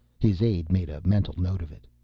his aide made a mental note of it.